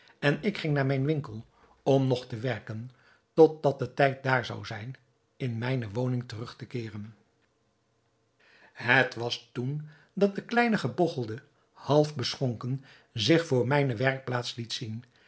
en ik ging naar mijn winkel om nog te werken tot dat de tijd daar zou zijn in mijne woning terug te keeren het was toen dat de kleine gebogchelde half beschonken zich voor mijne werkplaats liet zien